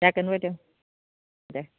जागोन बायद' देह